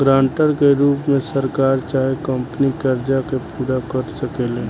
guarantor के रूप में सरकार चाहे कंपनी कर्जा के पूरा कर सकेले